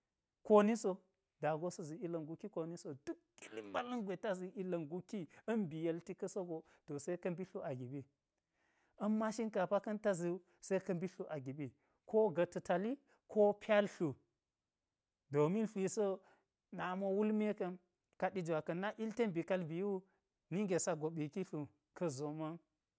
Kooni so da go sa̱ zi illa̱ nguki kooni so duk kili mbala̱n gwe ta zi illa̱ nguki a̱m ba̱ yelti ka̱ sogo to se ka̱ mbi tlu agiɓi, a̱m mashinkafa ka̱n ta zi wu seka mbi thi agiɓi ko ga̱ ta̱tali ko pyal tlu, domin thiisi wo na mi wo wul me ka̱n, kaɗi jwaka̱n nak yil ten bi kaal bii wu, nige sa̱ goɓi kii tlu ka̱ zoma̱n